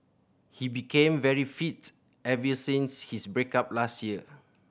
he became very fit ever since his break up last year